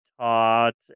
taught